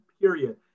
period